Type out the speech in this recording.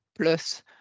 plus